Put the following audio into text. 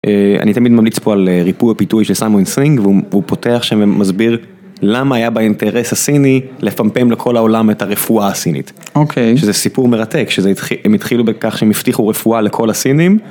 אני תמיד ממליץ פה על ריפוי הפיתוי של סיימון סויינג והוא פותח שמסביר למה היה באינטרס הסיני לפמפם לכל העולם את הרפואה הסינית. אוקיי. שזה סיפור מרתק, שהם התחילו בכך שהם הבטיחו רפואה לכל הסינים.